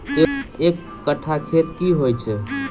एक कट्ठा खेत की होइ छै?